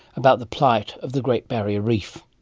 about the plight of the great barrier reef.